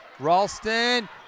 Ralston